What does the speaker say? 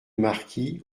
marquis